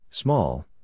Small